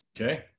Okay